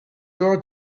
your